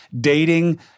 dating